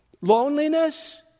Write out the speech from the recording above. Loneliness